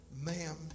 ma'am